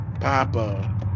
Papa